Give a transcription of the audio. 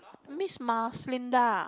Miss Maslinda